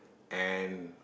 and